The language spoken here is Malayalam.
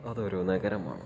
അതൊരു നഗരമാണ്